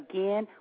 Again